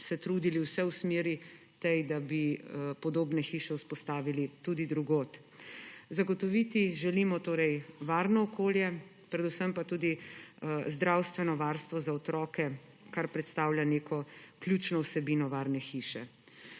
v tej smeri, da bi podobne hiše vzpostavili tudi drugod. Zagotoviti želimo torej varno okolje, predvsem pa tudi zdravstveno varstvo za otroke, kar predstavlja ključno vsebino varne hiše.